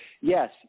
Yes